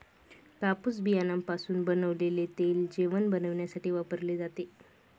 कापूस बियाण्यापासून बनवलेले तेल जेवण बनविण्यासाठी वापरले जाते